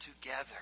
together